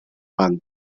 rang